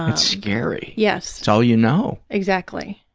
ah scary. yes. it's all you know. exactly.